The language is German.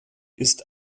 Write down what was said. ist